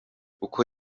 uko